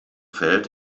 fällt